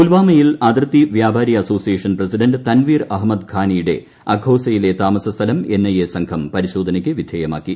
പുൽവാമയിൽ അതിർത്തി വ്യാപാരി അസോസിയേഷൻ പ്രസിഡന്റ് തൻവീർ അഹമ്മദ് ഖാനിയുടെ അഘോസയിലെ താമസസ്ഥലം എൻഐഎ സംഘം പരിശോധനയ്ക്ക് വിധേയമാക്കി